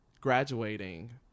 graduating